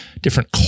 different